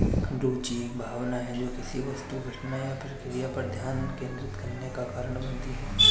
रूचि एक भावना है जो किसी वस्तु घटना या प्रक्रिया पर ध्यान केंद्रित करने का कारण बनती है